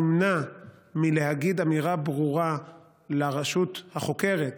נמנע מלהגיד אמירה ברורה לרשות החוקרת,